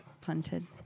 punted